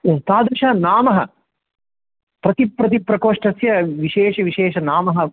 एतादृशः नाम प्रति प्रति प्रकोष्ठस्य विशेष विशेष नाम